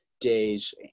days